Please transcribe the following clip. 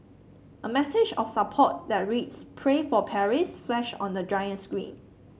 a message of support that reads Pray for Paris flashed on the giant screen